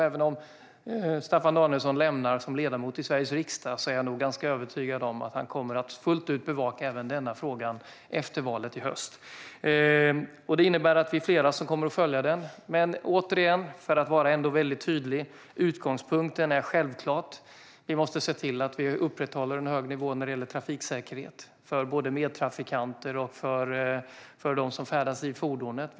Även om Staffan Danielsson lämnar Sveriges riksdag är jag övertygad om att han kommer att fullt ut bevaka denna fråga efter valet i höst. Det innebär att vi är flera som kommer att följa frågan. Låt mig återigen vara tydlig; utgångspunkten är självklart att vi måste se till att upprätthålla en hög nivå på trafiksäkerheten för medtrafikanter och för dem som färdas i fordonet.